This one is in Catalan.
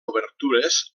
obertures